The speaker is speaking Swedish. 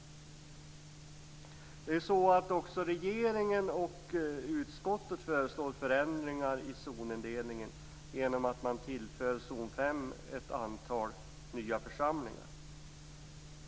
Regeringen och utskottet föreslår också förändringar i zonindelningen genom att man tillför zon 5 ett antal nya församlingar.